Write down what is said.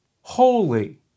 holy